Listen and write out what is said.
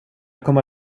kommer